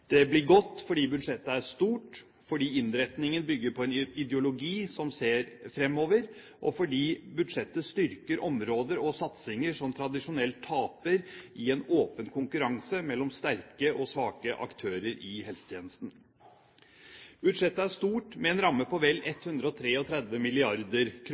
Det blir godt fordi budsjettet er stort, fordi innretningen bygger på en ideologi som ser fremover, og fordi budsjettet styrker områder og satsinger som tradisjonelt taper i en åpen konkurranse mellom sterke og svake aktører i helsetjenesten. Budsjettet er stort, med en ramme på vel